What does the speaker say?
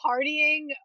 partying